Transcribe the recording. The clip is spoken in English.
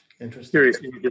interesting